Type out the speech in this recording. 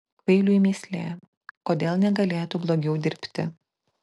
kvailiui mįslė kodėl negalėtų blogiau dirbti